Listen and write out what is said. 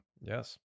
Yes